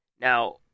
now